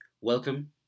Welcome